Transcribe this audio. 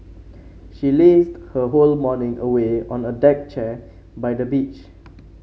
she lazed her whole morning away on a deck chair by the beach